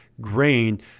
grain